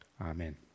Amen